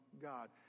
God